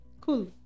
cool